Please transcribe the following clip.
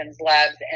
labs